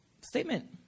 statement